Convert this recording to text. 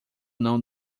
não